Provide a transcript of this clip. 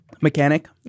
Mechanic